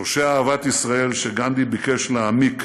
שורשי אהבת ישראל שגנדי ביקש להעמיק